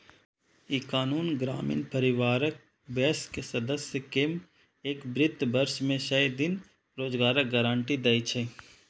ई कानून ग्रामीण परिवारक वयस्क सदस्य कें एक वित्त वर्ष मे सय दिन रोजगारक गारंटी दै छै